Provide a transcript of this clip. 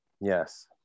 yes